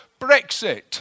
Brexit